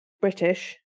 british